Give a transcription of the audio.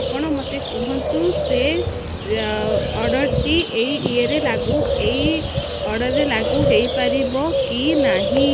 ଆପଣ ମୋତେ କୁହନ୍ତୁ ସେ ଅର୍ଡ଼ର୍ଟି ଏଇ ଇଏରେ ଲାଗୁ ଏଇ ଅର୍ଡ଼ର୍ରେ ଲାଗୁ ହେଇପାରିବ କି ନାହିଁ